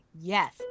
yes